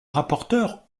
rapporteure